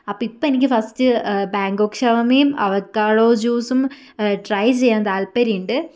അപ്പം ഇപ്പം എനിക്ക് ഫസ്റ്റ് ബാങ്കോക്ക് ഷവർമയും അവക്കാഡോ ജ്യൂസും ട്രൈ ചെയ്യാൻ താൽപര്യമുണ്ട്